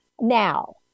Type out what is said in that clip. now